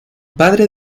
padre